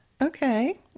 okay